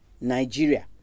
nigeria